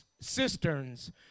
cisterns